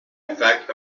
effect